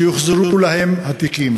שאז הוחזרו להן התיקים.